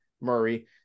Murray